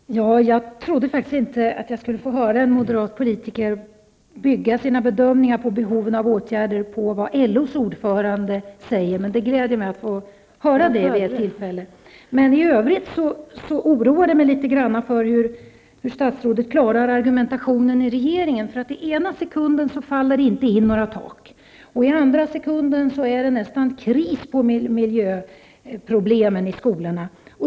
Herr talman! Jag trodde faktiskt inte att jag skulle få höra en moderat politiker bygga sina bedömningar av behovet av åtgärder på vad LO:s ordförande säger. Men det glädjer mig att få höra detta. I övrigt oroar jag mig litet för hur statsrådet skall klara argumentationen i regeringen. I ena sekunden ramlar taken inte in, men i andra sekunden är det nästan kris när det gäller miljön i skolorna.